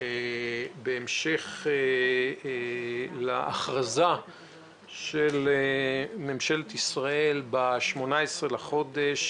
בהמשך להכרזה של ממשלת ישראל ב-18 לחודש,